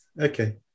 Okay